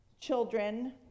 children